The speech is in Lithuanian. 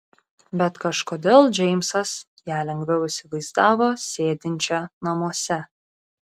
bet kažkodėl džeimsas ją lengviau įsivaizdavo sėdinčią namuose